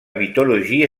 mythologie